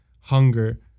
hunger